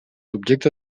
objecte